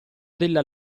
della